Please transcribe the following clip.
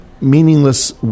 meaningless